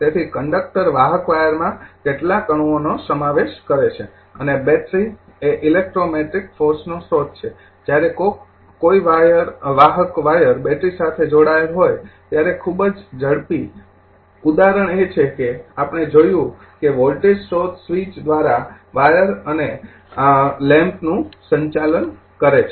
તેથી કંડક્ટર વાહક વાયરમાં કેટલાક અણુઓનો સમાવેશ કરે છે અને બેટરી એ ઇલેક્ટ્રોમેટ્રિક ફોર્સનો સ્ત્રોત છે જ્યારે કોઈ વાહક વાયર બેટરી સાથે જોડાયેલ હોય ત્યારે ખૂબ જ ઝડપી ઉદાહરણ એ છે કે આપણે જોયું કે વોલ્ટેજ સ્ત્રોત સ્વિચ દ્વારા વાયર અને ક્ષણિક લૅમ્પ નું સંચાલન કરે છે